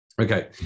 Okay